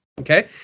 okay